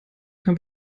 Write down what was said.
kein